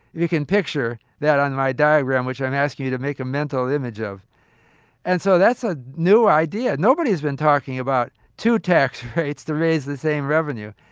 you can picture that on my diagram, which i'm asking you to make a mental image of and so that's a new idea. nobody has been talking about two tax rates to raise the same revenue.